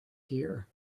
here